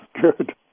Good